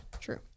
true